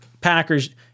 Packers